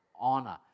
honor